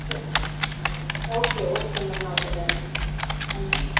okay okay okay ma'am நாளைக்கு வந்துடுங்க thank you ma'am